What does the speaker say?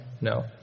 No